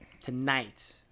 Tonight